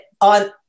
on